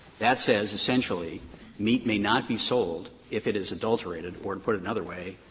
that says essentially meat may not be sold if it is adulterated or, to put it another way,